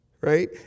Right